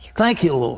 thank you,